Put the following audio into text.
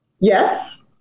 Yes